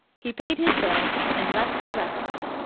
he paid his bill and left the restaurant.